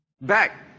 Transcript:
back